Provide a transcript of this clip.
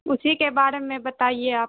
اسی کے بارے میں بتائیے آپ